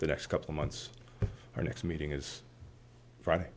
the next couple months our next meeting is friday